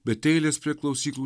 bet eilės prie klausyklų